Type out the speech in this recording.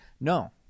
no